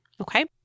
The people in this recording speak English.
Okay